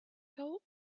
coat